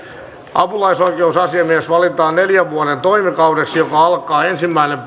apulaisoikeusasiamies valitaan neljän vuoden toimikaudeksi joka alkaa ensimmäinen